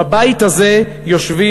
בבית הזה יושבים,